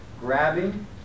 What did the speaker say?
grabbing